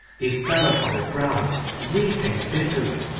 he fell upon the ground weeping bitterly.